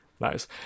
Nice